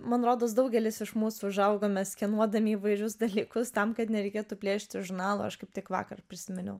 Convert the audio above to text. man rodos daugelis iš mūsų užaugome skenuodami įvairius dalykus tam kad nereikėtų plėšyti žurnalų aš kaip tik vakar prisiminiau